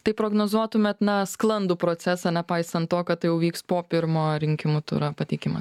tai prognozuotumėt na sklandų procesą nepaisant to kad tai jau vyks po pirmo rinkimų turo pateikimą